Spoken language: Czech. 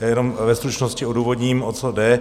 Jenom ve stručnosti odůvodním, o co jde.